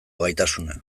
gaitasuna